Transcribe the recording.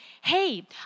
hey